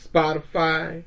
Spotify